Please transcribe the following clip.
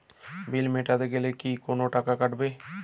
বিল মেটাতে গেলে কি কোনো টাকা কাটাবে?